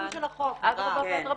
אדרבה ואדרבה.